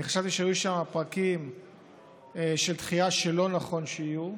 חשבתי שהיו שם פרקים של דחייה שלא נכון שיהיו,